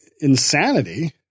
insanity